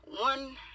one